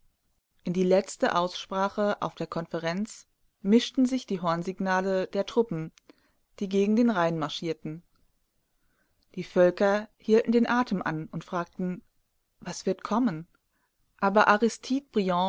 in die letzte aussprache auf der konferenz mischten sich die hornsignale der truppen die gegen den rhein marschierten die völker hielten den atem an und fragten was wird kommen aber